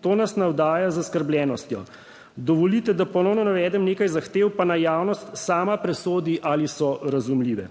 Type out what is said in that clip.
to nas navdaja z zaskrbljenostjo. Dovolite, da ponovno navedem nekaj zahtev, pa naj javnost sama presodi ali so razumljive,